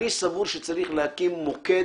אני סבור שצריך להקים מוקד,